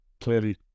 clearly